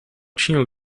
tinham